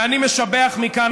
אני משבח מכאן,